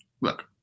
look